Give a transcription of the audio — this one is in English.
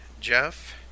Jeff